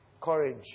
courage